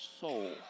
soul